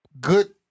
good